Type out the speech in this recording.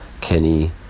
Kenny